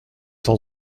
cent